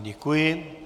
Děkuji.